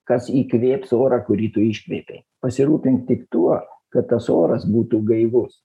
kas įkvėps orą kurį tu iškvėpei pasirūpink tik tuo kad tas oras būtų gaivus